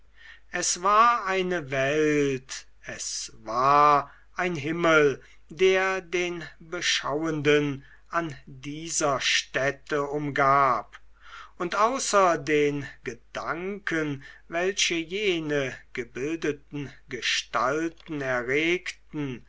es war eine welt es war ein himmel der den beschauenden an dieser stätte umgab und außer den gedanken welche jene gebildeten gestalten erregten